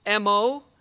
mo